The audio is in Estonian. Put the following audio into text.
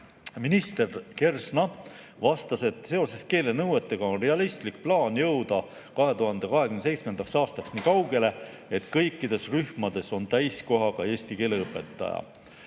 Minister Kersna vastas, et seoses keelenõuetega on realistlik plaan jõuda 2027. aastaks nii kaugele, et kõikides rühmades on täiskohaga eesti keele õpetaja.